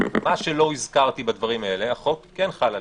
מה שלא הזכרתי בדברים האלה, החוק כן חל עליהם.